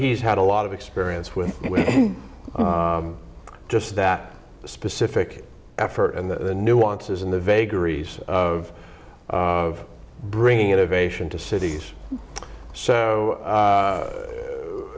he's had a lot of experience with just that specific effort and the nuances and the vagaries of of bringing innovation to cities so